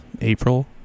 april